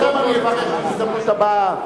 אתכם אני אברך בהזדמנות הבאה.